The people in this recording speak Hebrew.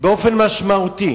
באופן משמעותי,